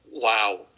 wow